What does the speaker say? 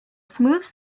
smooth